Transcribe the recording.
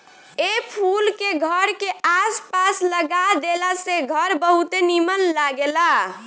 ए फूल के घर के आस पास लगा देला से घर बहुते निमन लागेला